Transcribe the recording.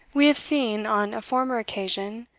we have seen, on a former occasion,